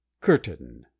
Curtain